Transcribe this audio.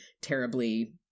terribly